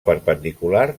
perpendicular